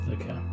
Okay